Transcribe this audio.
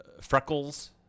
freckles